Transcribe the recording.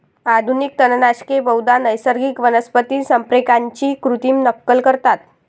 आधुनिक तणनाशके बहुधा नैसर्गिक वनस्पती संप्रेरकांची कृत्रिम नक्कल करतात